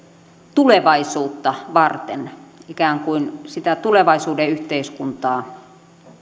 tulevaisuutta varten ikään kuin tulevaisuuden yhteiskuntaan